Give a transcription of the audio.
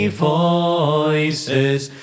voices